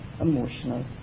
emotional